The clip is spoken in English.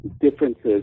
differences